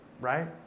right